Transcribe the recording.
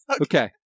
Okay